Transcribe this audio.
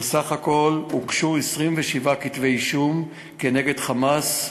וסך הכול הוגשו 27 כתבי-אישום נגד "חמאס"